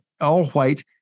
all-white